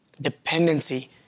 dependency